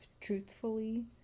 truthfully